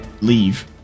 leave